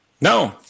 No